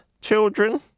Children